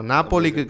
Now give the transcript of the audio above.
Napoli